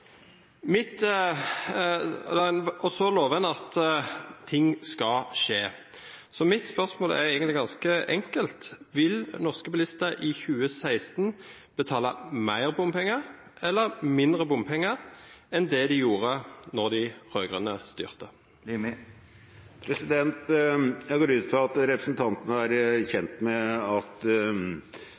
Mitt spørsmål er egentlig ganske enkelt: Vil norske bilister i 2016 betale mer bompenger eller mindre bompenger enn det de gjorde da de rød-grønne styrte? Jeg går ut fra at representanten er kjent med at